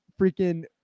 freaking